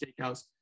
steakhouse